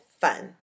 fun